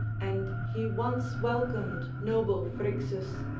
and he once welcomed noble phrixus,